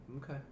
Okay